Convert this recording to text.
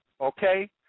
okay